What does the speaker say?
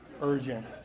urgent